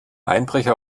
einbrecher